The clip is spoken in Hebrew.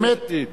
באמת,